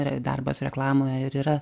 yra darbas reklamoje ir yra